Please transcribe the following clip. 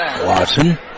Watson